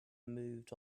moved